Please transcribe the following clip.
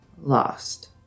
Lost